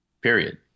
period